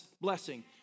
blessing